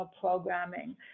programming